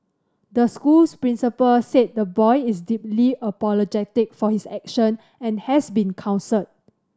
the school principal said the boy is deeply apologetic for his action and has been counselled